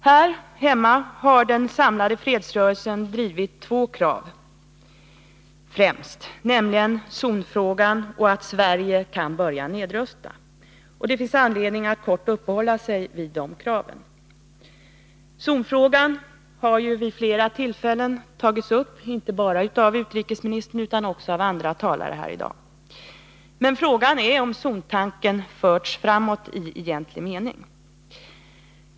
Här hemma har den samlade fredsrörelsen främst drivit två krav, nämligen zonfrågan och att Sverige skall börja nedrusta. Det finns anledning att åtminstone kortfattat uppehålla sig vid dessa krav. Zonfrågan har vid flera tillfällen tagits upp, inte bara av utrikesministern utan också av andra talare här i dag, men fråga är om zontanken förts framåt i egentlig mening.